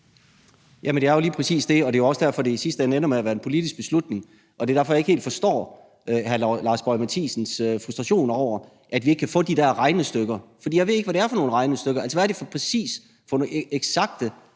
Jamen det er jo lige præcis det, og det er også derfor, det i sidste ender med at være en politisk beslutning, og det er derfor, jeg ikke helt forstår hr. Lars Boje Mathiesens frustrationer over, at vi ikke kan få de der regnestykker. For jeg ved ikke, hvad det er for nogle regnestykker. Altså, hvad er det præcis og eksakt